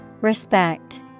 Respect